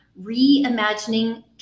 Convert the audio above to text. reimagining